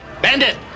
Bandit